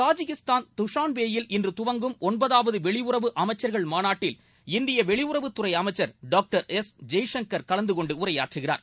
Tajikistan துஷான்பேயில் இன்று துவங்கும் ஒன்பதாவது வெளியுறவு அமைச்சர்கள் மாநாட்டில் இந்திய வெளியுறவுத்துறை அமைச்சர் திரு எஸ் ஜெய்சங்கர் கலந்தகொண்டு உரையாற்றுகிறார்